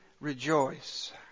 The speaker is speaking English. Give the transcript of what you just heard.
rejoice